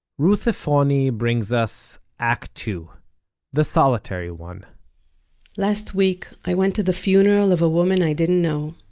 ruth efroni brings us act two the solitary one last week i went to the funeral of a woman i didn't know